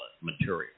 material